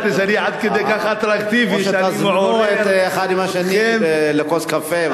או שתזמינו האחד את השני לכוס קפה,